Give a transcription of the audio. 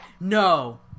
No